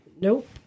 Nope